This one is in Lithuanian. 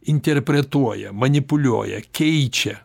interpretuoja manipuliuoja keičia